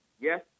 Yes